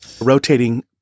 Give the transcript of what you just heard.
rotating